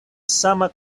sama